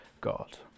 God